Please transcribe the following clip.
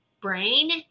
brain